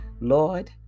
Lord